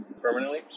permanently